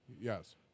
Yes